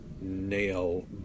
nail